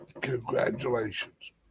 congratulations